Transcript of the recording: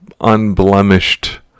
unblemished